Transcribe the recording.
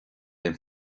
aon